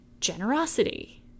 generosity